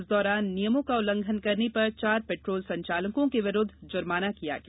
इस दौरान नियमों का उल्लंघन करने पर चार पेट्रोल संचालकों के विरूद्व जुर्माना किया गया